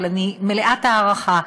אבל אני מלאת הערכה,